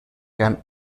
can